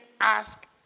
ask